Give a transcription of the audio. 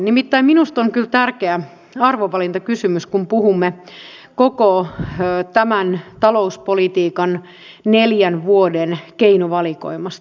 nimittäin minusta on kyllä tärkeä arvovalintakysymys kun puhumme koko tämän talouspolitiikan neljän vuoden keinovalikoimasta